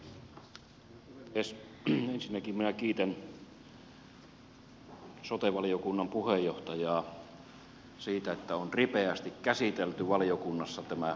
ensinnäkin minä kiitän sote valiokunnan puheenjohtajaa siitä että on ripeästi käsitelty valiokunnassa tämä kelan kertomus